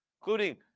including